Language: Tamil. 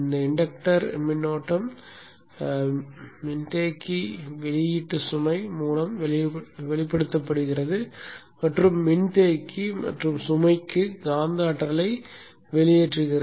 தூண்டல் மின்னோட்டம் மின்தேக்கி வெளியீட்டு சுமை மூலம் வெளிப்படுத்துகிறது மற்றும் மின்தேக்கி மற்றும் சுமைக்கு காந்த ஆற்றலை வெளியேற்றுகிறது